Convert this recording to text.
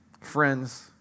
Friends